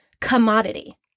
commodity